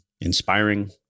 inspiring